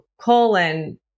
colon